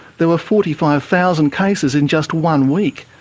there were forty five thousand cases in just one week.